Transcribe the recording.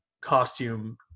costume